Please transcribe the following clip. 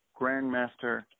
Grandmaster